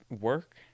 Work